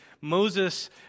Moses